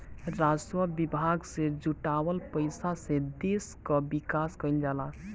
राजस्व विभाग से जुटावल पईसा से देस कअ विकास कईल जाला